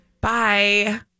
bye